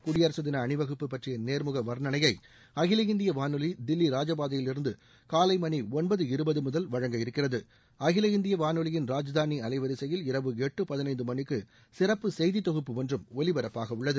குடியரசு தின அணிவகுப்பு பற்றிய நேர்முக வர்ணனையை அகில இந்திய வானொலி தில்லி ராஜபாதையிலிருந்து காலை மணி ஒன்பது இருபது முதல் வழங்க இருக்கிறது அகில இந்திய வானொலியின் ராஜதானி அலைவரிசையில் இரவு எட்டு பதினைந்து மணிக்கு சிறப்பு செய்தித் தொகுப்பு ஒன்றும் ஒலிபரப்பாகவுள்ளது